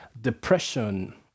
depression